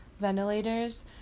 ventilators